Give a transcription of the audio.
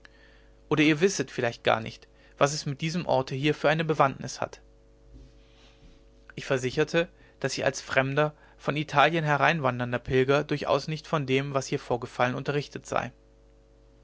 oder ihr wisset vielleicht gar nicht was es mit diesem orte hier für eine bewandtnis hat ich versicherte daß ich als fremder von italien hereinwandernder pilger durchaus nicht von dem was hier vorgefallen unterrichtet sei